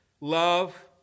love